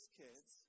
kids